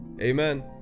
amen